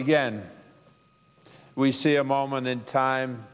again we see a moment in time